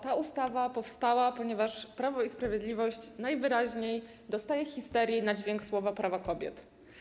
Ta ustawa powstała, ponieważ Prawo i Sprawiedliwość najwyraźniej dostaje histerii na dźwięk słów: prawa kobiet.